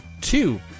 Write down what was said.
Two